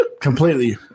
completely